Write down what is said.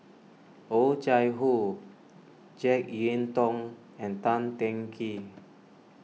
Oh Chai Hoo Jek Yeun Thong and Tan Teng Kee